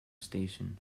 station